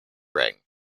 ring